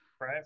Right